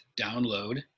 download